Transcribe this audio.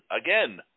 Again